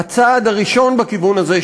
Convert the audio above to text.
הצעד הראשון בכיוון הזה,